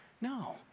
No